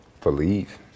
Believe